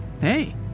hey